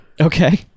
okay